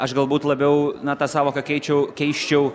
aš galbūt labiau na tą sąvoką keičiau keisčiau